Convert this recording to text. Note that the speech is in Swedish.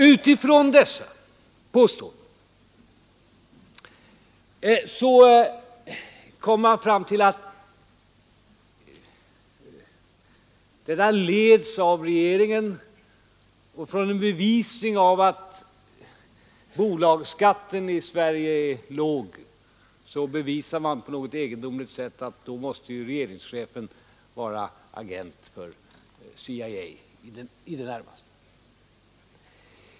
Utifrån dessa påståenden kom man fram till att den här verksamheten leds av regeringen, och med hänvisning till att bolagsskatten i Sverige är låg bevisade man på något egendomligt sätt att regeringschefen i det närmaste måste vara agent för CIA.